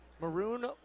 Maroon